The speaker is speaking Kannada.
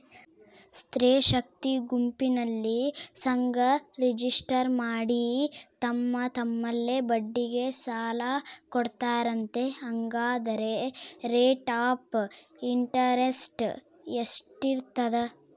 ಸ್ತ್ರೇ ಶಕ್ತಿ ಗುಂಪಿನಲ್ಲಿ ಸಂಘ ರಿಜಿಸ್ಟರ್ ಮಾಡಿ ತಮ್ಮ ತಮ್ಮಲ್ಲೇ ಬಡ್ಡಿಗೆ ಸಾಲ ಕೊಡ್ತಾರಂತೆ, ಹಂಗಾದರೆ ರೇಟ್ ಆಫ್ ಇಂಟರೆಸ್ಟ್ ಎಷ್ಟಿರ್ತದ?